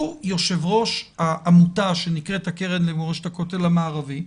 הוא יושב-ראש העמותה שנקראת הקרן למורשת הכותל המערבי,